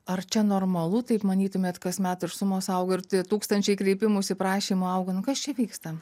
ar čia normalu taip manytumėt kasmet ir sumos auga ir tai tūkstančiai kreipimųsi prašymų auga kas čia vyksta